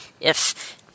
if